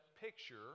picture